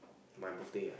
my birthday ah